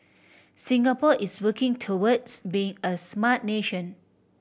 Singapore is working towards being a smart nation